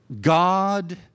God